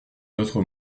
notre